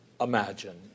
imagine